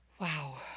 wow